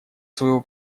своего